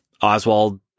Oswald